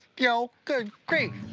yeah oh good grief.